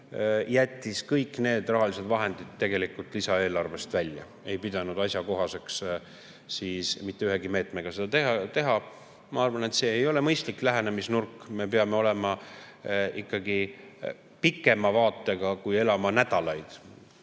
jättis kõik need rahalised vahendid tegelikult lisaeelarvest välja, ei pidanud asjakohaseks seda mitte ühegi meetmega teha. Ma arvan, et see ei ole mõistlik lähenemisnurk, me peame olema ikkagi pikema vaatega kui nädal.